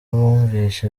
bumvise